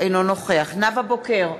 אינו נוכח נאוה בוקר,